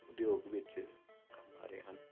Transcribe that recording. ਉਦਯੋਗ ਵਿੱਚ ਕੰਮ ਆ ਰਹੇ ਹਨ